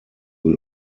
will